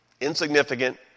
insignificant